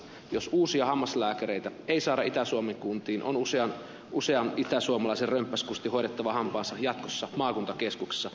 jos uusia hammaslääkäreitä ei saada itä suomen kuntiin on usean itäsuomalaisen römppäs kustin hoidettava hampaansa jatkossa maakuntakeskuksissa